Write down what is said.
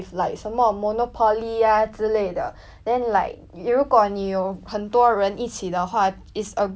then like 如果你有很多人一起的话 it's a good place to like 花时间 ah